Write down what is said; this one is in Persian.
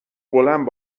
بلند